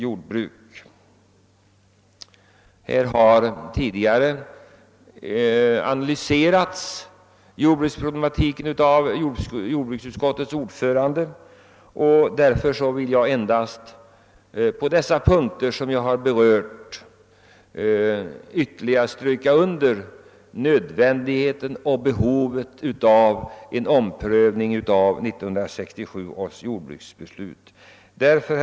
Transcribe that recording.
Jordbruksutskottets ordförande har här tidigare analyserat jordbruksproblematiken, och jag vill därför endast på de punkter som jag har berört ytterligare stryka under behovet av en omprövning av 1967 års jordbrukspolitiska beslut.